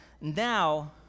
Now